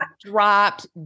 dropped